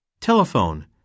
Telephone